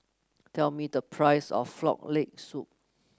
tell me the price of Frog Leg Soup